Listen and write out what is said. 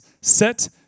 set